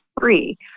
free